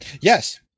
Yes